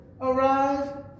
Arise